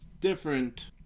different